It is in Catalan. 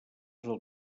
del